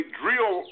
drill